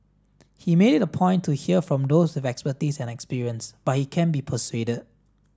he made it a point to hear from those with expertise and experience but he can be persuaded